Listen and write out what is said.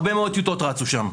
הרבה מאוד טיוטות רצו שם.